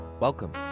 Welcome